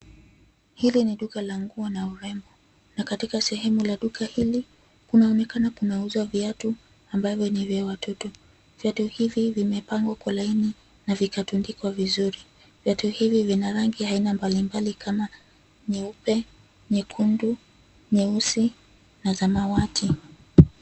Hili ni duka la nguo na urembo na katika sehemu la duka hili kunaonekana kunauzwa viatu ambavyo ni vya watoto. Viatu hivi vimepangwa kwa laini na vikatundikwa vizuri, vyatu hivi vina rangi aina mbalimbali kama nyeupe, nyekundu, nyeusi na samawati.